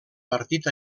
partit